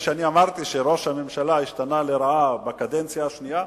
כשאני אמרתי שראש הממשלה השתנה לרעה בקדנציה השנייה,